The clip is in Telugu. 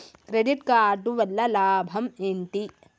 క్రెడిట్ కార్డు వల్ల లాభం ఏంటి?